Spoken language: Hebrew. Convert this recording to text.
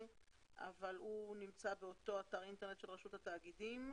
אבל הוא נמצא באותו אתר אינטרנט של רשות התאגידים,